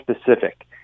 specific